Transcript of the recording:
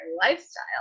lifestyle